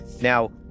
now